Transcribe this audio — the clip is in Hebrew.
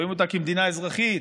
רואים אותה כמדינה אזרחית,